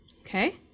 Okay